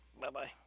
Bye-bye